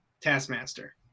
Taskmaster